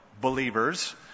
believers